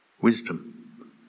Wisdom